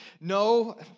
no